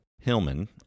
Hillman